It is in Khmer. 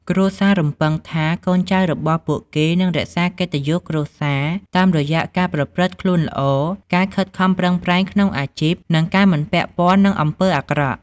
គ្រួសាររំពឹងថា កូនចៅរបស់ពួកគេនឹងរក្សាកិត្តិយសគ្រួសារ តាមរយៈការប្រព្រឹត្តខ្លួនល្អ ការខិតខំប្រឹងប្រែងក្នុងអាជីព និងការមិនពាក់ព័ន្ធនឹងអំពើអាក្រក់។